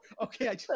Okay